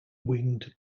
winged